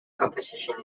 competition